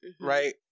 right